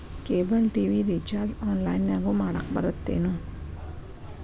cable TV recharge ಆನ್ಲೈನ್ನ್ಯಾಗು ಮಾಡಕ ಬರತ್ತೇನು